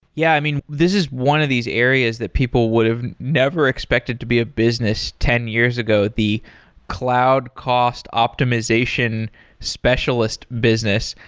yeah. i mean, this is one of these areas that people would've never expected to be a business ten years ago. the cloud cost optimization specialist business.